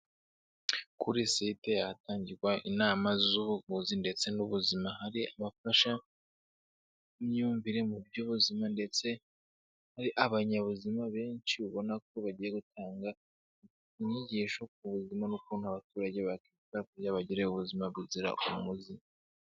Kuri site hatangirwa inama z'ubuvuzi ndetse n'ubuzima, hari abafashamyumvire mu by'ubuzima ndetse hari abanyabuzima benshi ubona ko bagiye gutanga inyigisho ku buzima n'ukuntu abaturage bakitwara kugira bagire ubuzima buzira umuze.